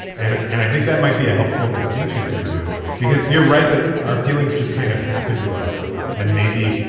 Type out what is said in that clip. and and i think that might be a helpful distinction for you because you're right that our feelings just kind of happened to us and maybe.